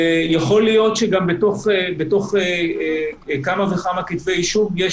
ויכול להיות שגם בתוך כמה וכמה כתבי אישום יש